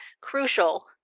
crucial